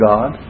God